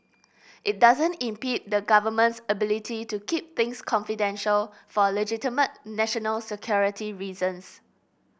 it doesn't impede the Government's ability to keep things confidential for legitimate national security reasons